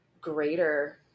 greater